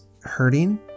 hurting